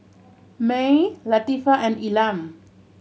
Mae Latifah and Elam